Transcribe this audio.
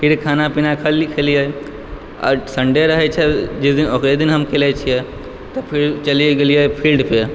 फिर खाना पीना खेलियै आ सन्डे रहै छै जिसदिन ओहि दिन हम खेलै छियै तऽ फिर चलि गेलियै फील्ड पे